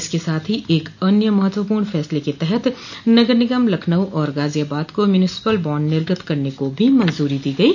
इसके साथ ही एक अन्य महत्वपूर्ण फैसले के तहत नगर निगम लखनऊ और गाजियाबाद को म्यूनिसपल बॉण्ड निर्गत करने को भी मंजूरी दी गयी